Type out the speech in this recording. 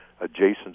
adjacent